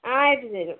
ആ അത് തരും